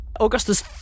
Augustus